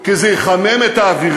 כי זה יחמם את האווירה?